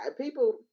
people